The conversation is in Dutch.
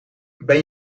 ben